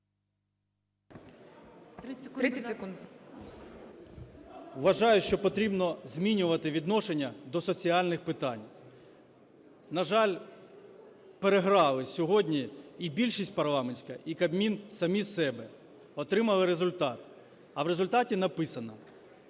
…Вважаю, що потрібно змінювати відношення до соціальних питань. На жаль, переграли сьогодні і більшість парламентська, і Кабмін самі себе – отримали результат. А в результаті написано: